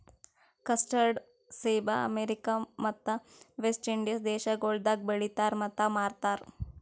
custard ಸೇಬ America ಮತ್ತ West Indies ದೇಶಗೊಳ್ದಾಗ್ ಬೆಳಿತಾರ್ ಮತ್ತ ಮಾರ್ತಾರ್